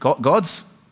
God's